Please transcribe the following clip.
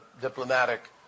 diplomatic